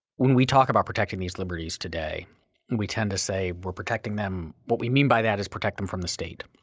when we talk about protecting these liberties today we tend to say we're protecting them, what we mean by that is protect them from the state.